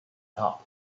top